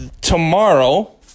Tomorrow